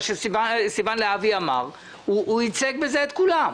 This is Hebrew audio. מה שסיון להבי אמר הוא ייצג בזה את כולם.